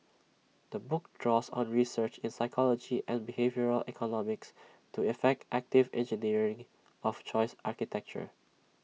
the book draws on research in psychology and behavioural economics to effect active engineering of choice architecture